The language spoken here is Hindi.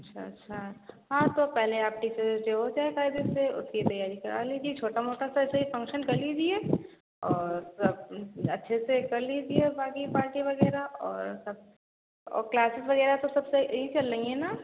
अच्छा अच्छा हाँ तो पहले आप टीचर्स डे हो जाए क़ायदे से उसकी तैयारी करा लीजिए छोटा मोटा सा सही फ़ंक्शन कर लीजिए और सब अच्छे से कर लीजिए अब बाक़ी पार्टी वग़ैरह और सब और क्लासेस वग़ैरह सब सब सही चल रही हैं ना